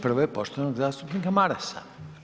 Prvo je poštovanog zastupnika Marasa.